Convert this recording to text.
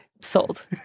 Sold